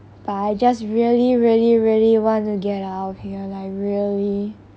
but I just really really really want to get out of here like really